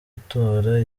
gutora